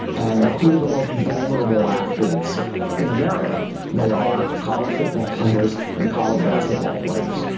and who are the most vulnerable athletes in america? they are college football players and college basketball players.